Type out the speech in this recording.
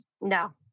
No